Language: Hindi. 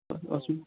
और उसमें